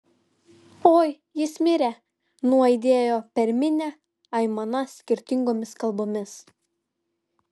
oi jis mirė nuaidėjo per minią aimana skirtingomis kalbomis